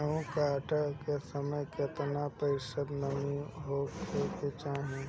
गेहूँ काटत समय केतना प्रतिशत नमी होखे के चाहीं?